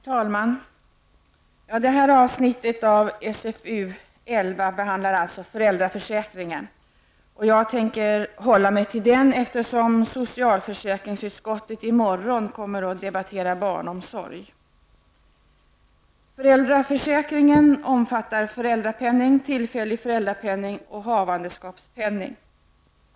Herr talman! Det här avsnittet skall behandla föräldraförsäkringen. Jag tänker hålla mig till den eftersom socialutskottet i morgon kommer att debattera barnomsorgen. Föräldraförsäkringen omfattar föräldrapenning, tillfällig föräldrapenning och havandeskapspenning.